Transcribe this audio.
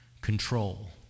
control